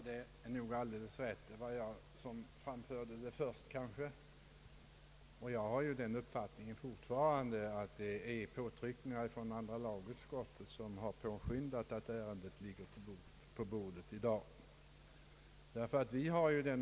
Herr talman! Vad herr Lidgard sade är nog alldeles riktigt; det var kanske jag som först framförde detta. Jag har fortfarande den uppfattningen att påtryckningar från andra lagutskottet har påskyndat ärendet så att det i dag ligger på kammarens bord.